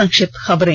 संक्षिप्त खबरें